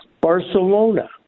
Barcelona